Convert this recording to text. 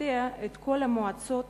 תחתיה את כל המועצות